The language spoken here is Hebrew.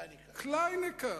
קליינעקייט.